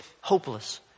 hopeless